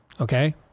Okay